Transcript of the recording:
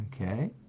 okay